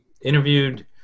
interviewed